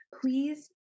please